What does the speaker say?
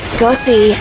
Scotty